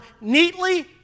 neatly